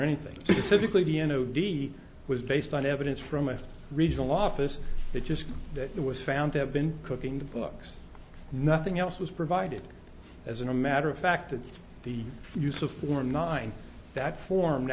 anything to civically the n o d was based on evidence from a regional office that just that it was found to have been cooking the books nothing else was provided as a matter of fact it's the use of four nine that form